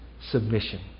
submission